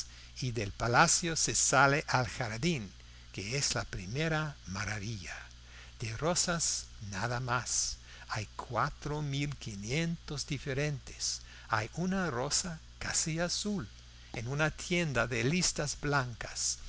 y del palacio se sale al jardín que es la primera maravilla de rosas nada más hay cuatro mil quinientas diferentes hay una rosa casi azul en una tienda de listas blancas